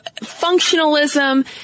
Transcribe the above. functionalism